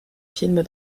films